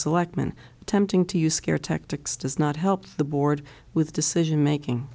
selectmen attempting to use scare tactics does not help the board with decision making